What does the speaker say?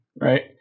right